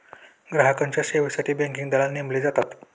ग्राहकांच्या सेवेसाठी बँकिंग दलाल नेमले जातात